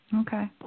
Okay